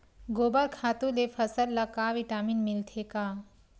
गोबर खातु ले फसल ल का विटामिन मिलथे का?